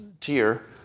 tier